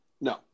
No